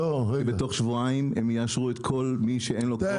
בתוך שבועיים הם יאשרו את כל מי שאין לו קוורום?